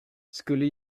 skulle